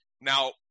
Now